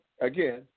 Again